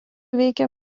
veikia